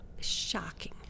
Shocking